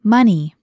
Money